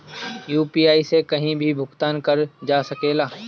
UPI से कहीं भी भुगतान कर जा सकेला?